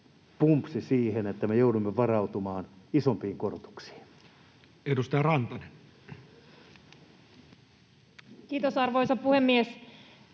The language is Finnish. pumpsi siihen, että me joudumme varautumaan isompiin korotuksiin? Edustaja Rantanen. Kiitos, arvoisa puhemies!